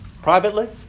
Privately